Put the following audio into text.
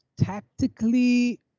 tactically